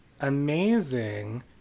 amazing